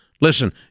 Listen